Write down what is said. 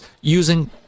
using